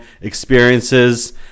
experiences